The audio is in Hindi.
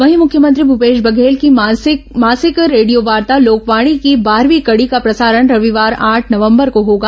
वहीं मुख्यमंत्री भूपेश बधेल की मासिक रेडियोवार्ता लोकवाणी की बारहवीं कड़ी का प्रसारण रविवार आठ नवंबर को होगा